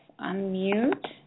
unmute